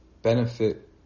benefit